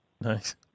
Nice